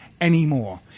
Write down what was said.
anymore